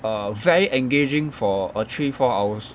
err very engaging for err three four hours